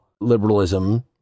liberalism